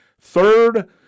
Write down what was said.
Third